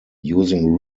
using